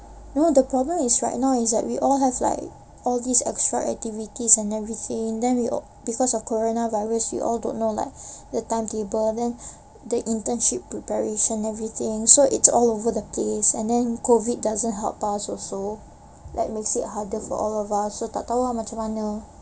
no the problem is right now is that we all have like all these extra activities and everything then we because of coronavirus we all don't know like the timetable then the internship preparation everything so it's all over the place and then COVID doesn't help us also like makes it harder for all of us so tak tahu ah macam mana